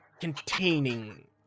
containing